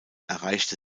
erreichte